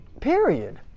period